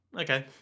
Okay